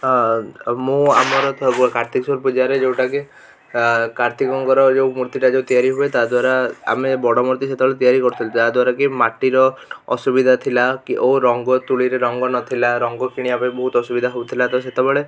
ହଁ ମୁଁ ଆମର କାର୍ତ୍ତିକଶ୍ୱର ପୂଜାରେ ଯେଉଁଟାକି କାର୍ତ୍ତିକଙ୍କର ଯେଉଁ ମୂର୍ତ୍ତିଟା ଯେଉଁ ତିଆରି ହୁଏ ତା'ଦ୍ୱାରା ଆମେ ବଡ଼ ମୂର୍ତ୍ତି ସେତେବେଳେ ତିଆରି କରିଥିଲି ଯାହା ଦ୍ୱାରା କି ମାଟିର ଅସୁବିଧା ଥିଲା କି ଓ ରଙ୍ଗ ତୂଳୀରେ ରଙ୍ଗ ନଥିଲା ରଙ୍ଗ କିଣିବା ପାଇଁ ବହୁତ ଅସୁବିଧା ହେଉଥିଲା ତ ସେତେବେଳେ